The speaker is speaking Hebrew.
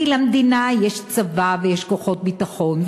כי למדינה יש צבא ויש כוחות ביטחון,